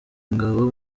ingabo